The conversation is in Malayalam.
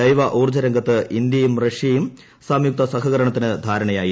ജൈവ ഊർജ്ജ രംഗത്ത് ഇന്ത്യയും റഷ്യയും സംയുക്ത സഹകരണത്തിന് ധാരണയായിരുന്നു